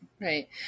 right